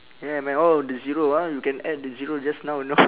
yeah man oh the zero ah you can add the zero just now know